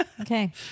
okay